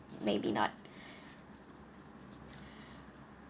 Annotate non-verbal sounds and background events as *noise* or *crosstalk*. maybe not *breath*